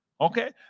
Okay